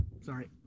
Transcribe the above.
Sorry